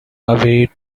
away